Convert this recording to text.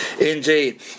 Indeed